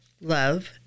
love